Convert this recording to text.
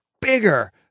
bigger